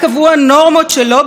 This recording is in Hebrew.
ככה,